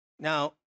Now